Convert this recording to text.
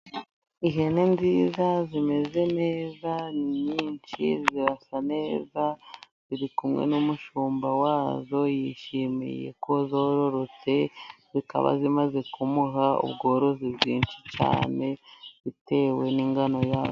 Ihene nziza zimeze neza nyinshi zirasa neza ziri kumwe n'umushumba wazo, yishimiyeko zororotse zikaba zimaze kumuha ubworozi bwinshi cyane bitewe n'ingano yazo.